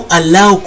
allow